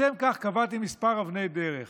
לשם כך קבעתי כמה אבני דרך: